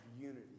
unity